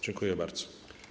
Dziękuję bardzo.